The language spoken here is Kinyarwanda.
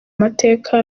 amateka